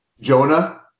Jonah